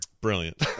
Brilliant